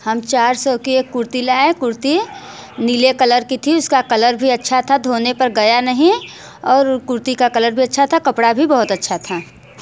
हम चार सौ की एक कुर्ती लाए कुर्ती नीले कलर की थी उसका कलर भी अच्छा था धोने पर गया नहीं और कुर्ती का कलर भी अच्छा था कपड़ा भी बहुत अच्छा था